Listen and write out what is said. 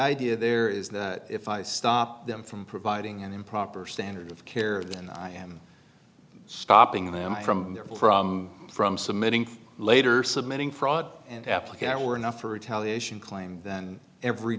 idea there is that if i stop them from providing an improper standard of care then i am stopping them from there from submitting later submitting fraud and applicant were enough for retaliation claimed that every